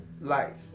life